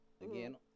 Again